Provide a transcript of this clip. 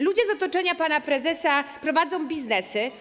Ludzie z otoczenia pana prezesa prowadzą biznesy.